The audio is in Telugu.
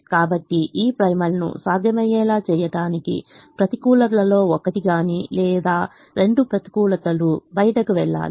కాబట్టి ఈ ప్రైమల్ను సాధ్యమయ్యేలా చేయడానికి ప్రతికూలతలలో ఒకటిగానీ లేదా రెండు ప్రతికూలతలు బయటకు వెళ్ళాలి